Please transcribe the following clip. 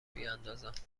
بیندازند